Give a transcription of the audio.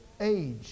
age